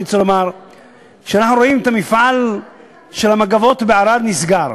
אני רוצה לומר שאנחנו רואים את מפעל "מגבות ערד" נסגר.